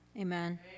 Amen